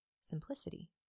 simplicity